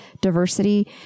diversity